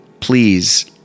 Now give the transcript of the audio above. Please